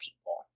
people